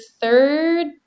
third